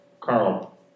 Carl